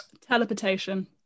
Teleportation